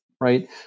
right